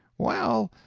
well,